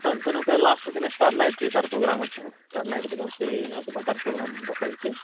ସାନ୍ତୁନ ତା ଲାଷ୍ଟ ଦିନ star night ତାର ପ୍ରୋଗ୍ରାମ୍ ଅଛି ଷ୍ଟାର ନାଇଟ ଦିନ ସେ ତାର ପ୍ରୋଗ୍ରାମ୍ ରଖାଯାଇଛି